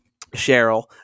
Cheryl